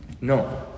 No